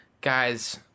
Guys